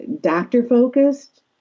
doctor-focused